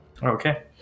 Okay